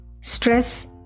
Stress